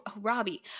Robbie